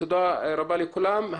תודה רבה לכולם.